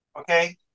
okay